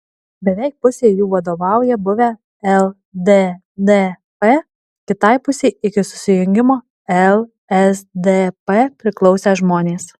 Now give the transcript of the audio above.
beveik pusei jų vadovauja buvę lddp kitai pusei iki susijungimo lsdp priklausę žmonės